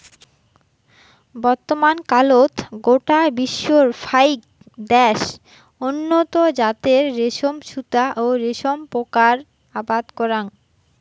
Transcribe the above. বর্তমানকালত গোটা বিশ্বর ফাইক দ্যাশ উন্নত জাতের রেশম সুতা ও রেশম পোকার আবাদ করাং